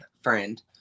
friend